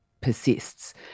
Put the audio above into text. persists